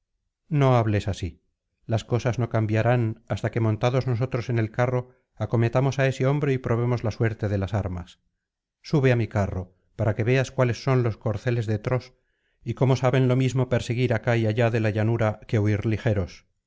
no hables así las cosas no cambiarán hasta que montados nosotros en el carro acometamos á ese hombre y probemos la suerte de las armas sube á mi carro para que veas cuáles son los corceles de tros y cómo saben lo mismo perseguir acá y allá de la llanura que huir ligeros